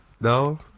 No